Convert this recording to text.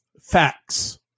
facts